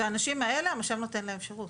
לאנשים האלה המש"מ נותן שירות.